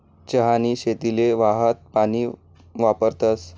चहानी शेतीले वाहतं पानी वापरतस